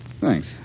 Thanks